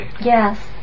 Yes